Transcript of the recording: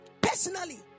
personally